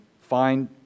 find